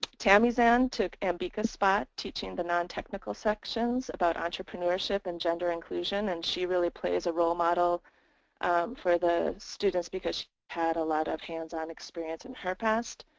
tamizan took ambica's spot teaching the nontechnical sections about entrepreneurship and gender inclusion and she really plays a role model for the students because she had a lot of hands on experience in her past.